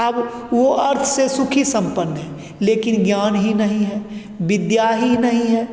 अब वह अर्थ से सुखी सम्पन्न है लेकिन ज्ञान ही नहीं है विद्या ही नहीं है